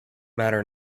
matter